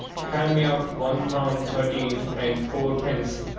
hand me out one pound thirteen and fourpence,